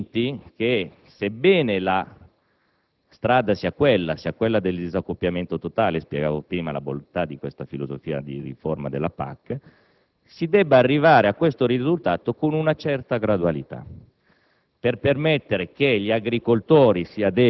In tal senso siamo convinti che, sebbene la strada sia quella del disaccoppiamento totale (spiegavo prima la bontà di questa filosofia di riforma della PAC), si debba arrivare a questo risultato con una certa gradualità